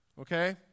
Okay